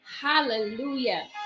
hallelujah